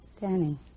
Danny